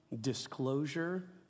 disclosure